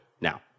Now